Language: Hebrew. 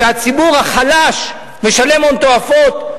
הציבור החלש משלם הון תועפות.